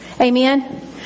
Amen